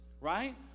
right